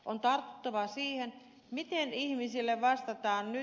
on tartuttava siihen miten ihmisille vastataan nyt